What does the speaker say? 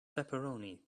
pepperoni